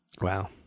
Wow